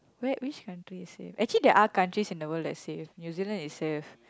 where which country is safe actually there are countries in the world that is safe New-Zealand is safe